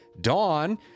Dawn